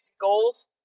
goals